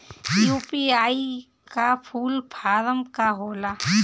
UPI का full form का होला?